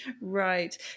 Right